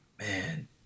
man